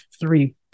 three